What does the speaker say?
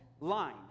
line